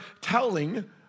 telling